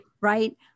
right